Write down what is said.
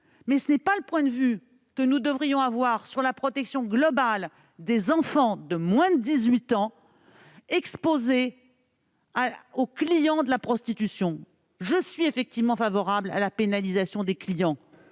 ce n'est en aucun cas celui que nous devrions avoir s'agissant de la protection globale des enfants de moins de 18 ans exposés aux clients de la prostitution. Je suis effectivement favorable à la pénalisation de tous